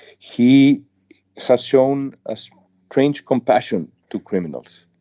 he has shown us trained compassion to criminals.